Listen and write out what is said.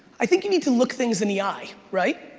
i think you need to look things in the eye, right?